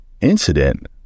incident